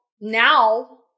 now